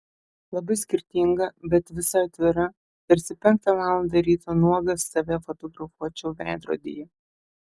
labai skirtinga bet visa atvira tarsi penktą valandą ryto nuogas save fotografuočiau veidrodyje